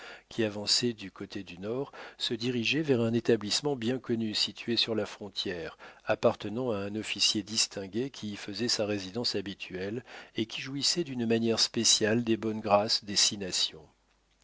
qui avançait du côté du nord se dirigeait vers un établissement bien connu situé sur la frontière appartenant à un officier distingué qui y faisait sa résidence habituelle et qui jouissait d'une manière spéciale des bonnes grâces